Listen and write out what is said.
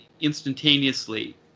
instantaneously